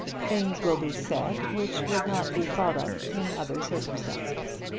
things will be said which would not be thought of in other circumstances.